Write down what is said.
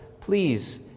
Please